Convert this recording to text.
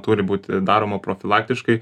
turi būti daroma profilaktiškai